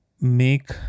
make